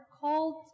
called